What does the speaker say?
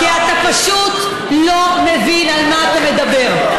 כי אתה פשוט לא מבין על מה אתה מדבר.